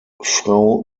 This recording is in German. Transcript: frau